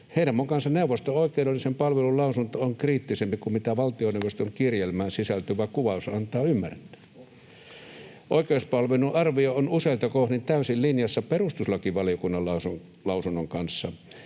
joiden mukaan neuvoston oikeudellisen palvelun lausunto on kriittisempi kuin valtioneuvoston kirjelmään sisältyvä kuvaus antaa ymmärtää. Oikeuspalvelun arvio on useilta kohdin täysin linjassa perustuslakivaliokunnan lausunnon kanssa.